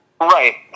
Right